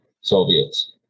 Soviets